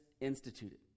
instituted